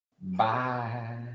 Bye